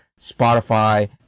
Spotify